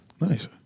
Nice